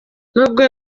n’ubwo